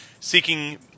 Seeking